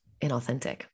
inauthentic